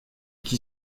qui